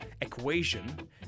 equation